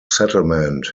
settlement